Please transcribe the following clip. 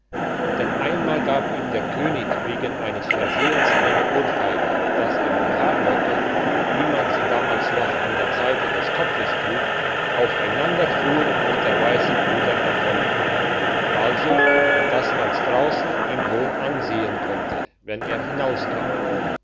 denn einmal gab ihm der könig wegen eines versehens eine ohrfeige dass ihm die haarlocke wie man sie damals noch an den seiten des kopfes trug aufeinanderfuhr und der weisse puder davonflog also dass man's draussen ihm wohl ansehen konnte wenn er hinauskam